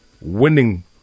winning